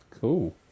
Cool